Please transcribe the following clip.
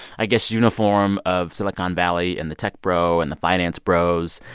i guess, uniform of silicon valley and the tech bro and the finance bros.